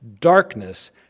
darkness